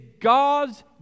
God's